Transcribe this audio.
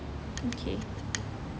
okay